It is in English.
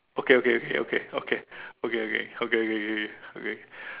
okay okay okay okay okay okay okay okay okay okay okay okay okay okay